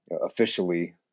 officially